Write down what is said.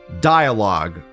dialogue